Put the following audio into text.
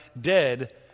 dead